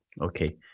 okay